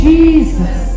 Jesus